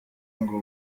ngo